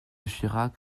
chirac